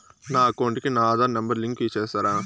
నా అకౌంట్ కు నా ఆధార్ నెంబర్ లింకు చేసారా